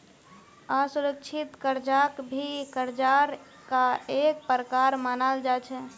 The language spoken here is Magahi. असुरिक्षित कर्जाक भी कर्जार का एक प्रकार मनाल जा छे